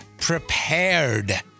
prepared